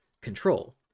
Control